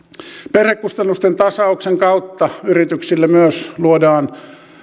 perhekustannusten tasauksen kautta yrityksille myös luodaan